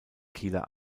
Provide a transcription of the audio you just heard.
kieler